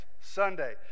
Sunday